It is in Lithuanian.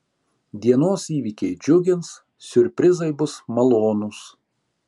dienos įvykiai džiugins siurprizai bus malonūs